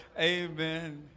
Amen